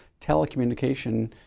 telecommunication